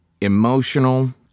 emotional